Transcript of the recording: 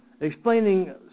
explaining